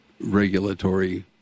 regulatory